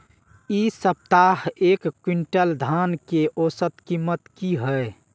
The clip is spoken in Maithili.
इ सप्ताह एक क्विंटल धान के औसत कीमत की हय?